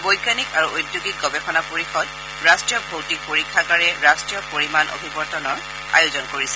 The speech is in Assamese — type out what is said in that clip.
বৈজ্ঞানিক আৰু ঔদ্যোগিক গৱেষণা পৰিষদ ৰাষ্টীয় ভৌতিক পৰীক্ষাগাৰে ৰাষ্ট্ৰীয় পৰিমাণ অভিৱৰ্তনৰ আয়োজন কৰিছে